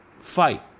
fight